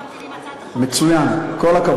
עם הצעת החוק, מצוין, כל הכבוד.